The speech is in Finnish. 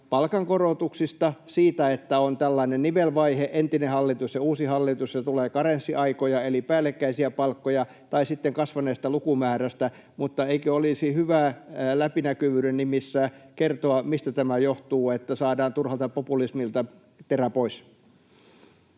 palkankorotuksista, siitä, että on tällainen nivelvaihe, entinen hallitus ja uusi hallitus, ja tulee karenssiaikoja eli päällekkäisiä palkkoja, tai sitten kasvaneesta lukumäärästä. Mutta eikö olisi hyvä läpinäkyvyyden nimissä kertoa, mistä tämä johtuu, että saadaan turhalta populismilta terä pois?